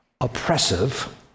oppressive